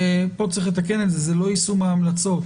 פה יש לתקן: לא יישום ההמלצות.